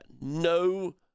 no